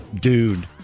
dude